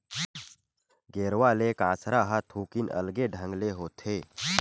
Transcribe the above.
गेरवा ले कांसरा ह थोकिन अलगे ढंग ले होथे